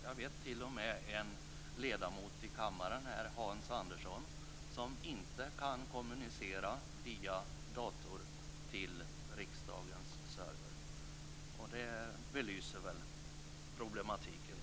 Jag vet t.o.m. att en ledamot i kammaren, Hans Andersson, inte kan kommunicera via dator med riksdagens server. Jag tycker att det belyser problematiken.